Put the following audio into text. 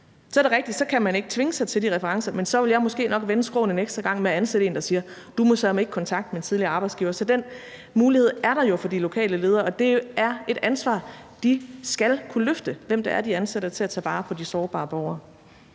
så er det rigtigt, at så kan man ikke tvinge sig til de referencer, men så ville jeg måske nok vende skråen en ekstra gang i forhold til at ansætte en, der siger: Du må søreme ikke kontakte min tidligere arbejdsgiver. Så den mulighed er der jo for de lokale ledere, og hvem det er, de ansætter til at tage vare på de sårbare borgere,